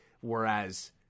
Whereas